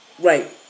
Right